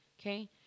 Okay